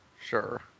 Sure